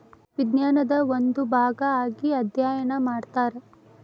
ವಿಜ್ಞಾನದ ಒಂದು ಭಾಗಾ ಆಗಿ ಅದ್ಯಯನಾ ಮಾಡತಾರ